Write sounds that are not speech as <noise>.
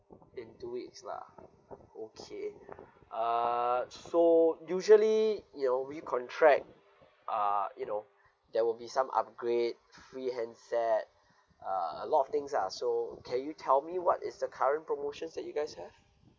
in two weeks lah okay <breath> err so usually you know recontract err you know there will be some upgrade free handset uh a lot of things lah so can you tell me what is the current promotions that you guys have